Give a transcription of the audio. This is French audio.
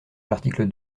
l’article